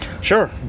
Sure